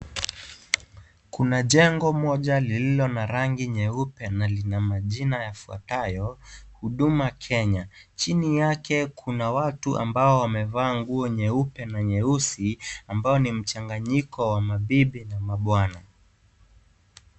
Kuna jengo moja lililo na rangi nyeupe na lina majina yafuatayo Huduma Kenya . Chini yake kuna watu ambao wamevaa nguo nyeupe na nyeusi ambao ni mchanganyiko wa mabibi na mabwana .